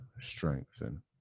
strengthen